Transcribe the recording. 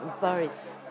Paris